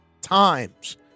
times